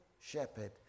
shepherd